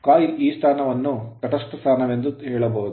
coil coil ಈ ಸ್ಥಾನವನ್ನು ತಟಸ್ಥ ಸ್ಥಾನವೆಂದು ಹೇಳಬಹುದು